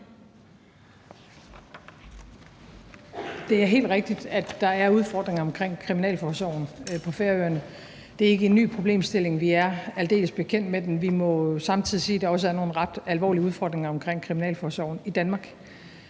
Det er helt rigtigt, at der er udfordringer omkring kriminalforsorgen på Færøerne. Det er ikke en ny problemstilling, og vi er aldeles bekendt med den. Vi må samtidig sige, at der også er nogle ret alvorlige udfordringer omkring kriminalforsorgen i Danmark,